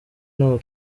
ntago